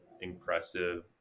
impressive